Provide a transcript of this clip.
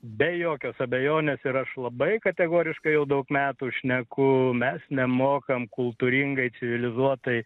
be jokios abejonės ir aš labai kategoriška jau daug metų šneku mes nemokam kultūringai civilizuotai